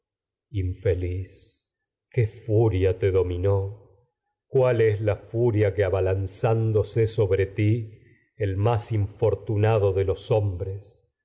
infeliz qué furia te dominó cuál es la sobre ti el más furia que abalanzándose infortunado de los hom